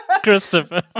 Christopher